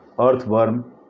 earthworm